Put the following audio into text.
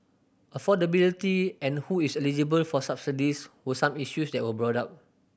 affordability and who is eligible for subsidies were some issues that were brought up